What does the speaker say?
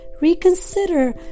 Reconsider